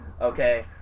okay